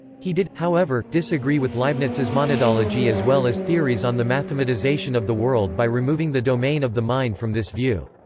he did, however, disagree with leibniz's monadology as well as theories on the mathematisation of the world by removing the domain of the mind from this view.